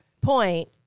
point